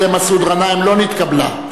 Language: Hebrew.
שנומקה על-ידי מסעוד גנאים, לא נתקבלה.